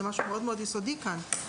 זה משהו מאוד יסודי כאן.